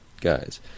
guys